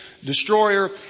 destroyer